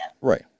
Right